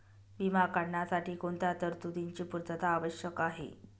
विमा काढण्यासाठी कोणत्या तरतूदींची पूर्णता आवश्यक आहे?